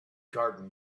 garden